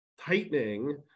tightening